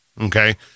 okay